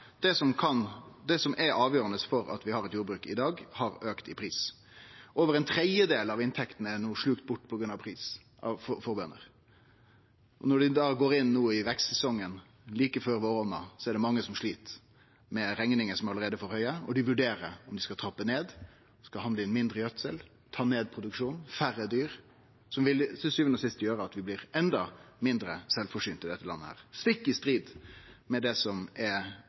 Det som er avgjerande for at vi har eit jordbruk i dag, har auka i pris. Over ein tredjedel av inntektene til bøndene er no slukt bort på grunn av pris. Når dei no går inn i vekstsesongen, like før våronna, er det mange som slit med rekningar som allereie er for høge, og dei vurderer om dei skal trappe ned, handle inn mindre gjødsel, ta ned produksjonen og ha færre dyr, noko som til sjuande og sist vil gjere at vi blir enda mindre sjølvforsynte i dette landet – stikk i strid med det som er